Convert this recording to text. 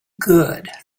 good